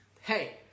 Hey